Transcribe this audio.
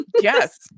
Yes